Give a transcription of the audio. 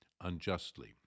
unjustly